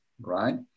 right